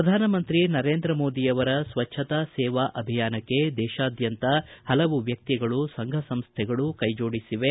ಪ್ರಧಾನ ಮಂತ್ರಿ ನರೇಂದ್ರ ಮೋದಿ ಅವರ ಸ್ವಚ್ಛತಾ ಸೇವಾ ಅಭಿಯಾನಕ್ಕೆ ದೇತಾದ್ದಂತ ಹಲವು ವ್ಯಕ್ತಿಗಳು ಸಂಘ ಸಂಸ್ಥೆಗಳು ಕೈಜೋಡಿಸಿವೆ